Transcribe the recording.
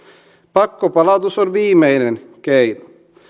pakkopalautus on viimeinen keino